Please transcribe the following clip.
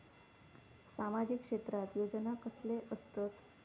सामाजिक क्षेत्रात योजना कसले असतत?